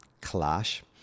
clash